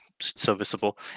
serviceable